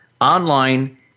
online